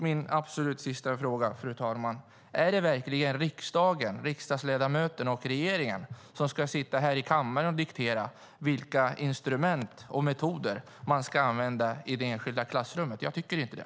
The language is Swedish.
Min absolut sista fråga, fru talman: Är det verkligen riksdagen, riksdagsledamöterna här i kammaren, och regeringen som ska diktera vilka instrument och metoder man ska använda i det enskilda klassrummet? Jag tycker inte det.